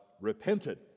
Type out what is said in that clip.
repented